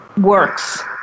works